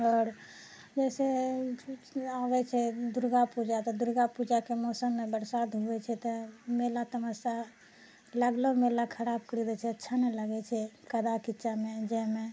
आओर जैसे आबए छै दुर्गा पूजा तऽ दुर्गा पूजाके मौसममे बरसात होबैत छै तऽ मेला तमासा लागलहुँ मेला खराब करी दए छै अच्छा नहि लागए छै कादो कीचड़मे जाइमे